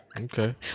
Okay